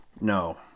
no